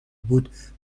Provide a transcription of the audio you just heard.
بود